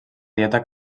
dieta